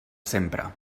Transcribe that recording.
sempre